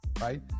right